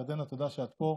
ירדנה, תודה שאת פה.